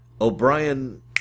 O'Brien